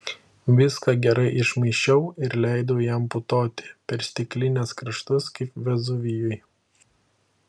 viską gerai išmaišiau ir leidau jam putoti per stiklinės kraštus kaip vezuvijui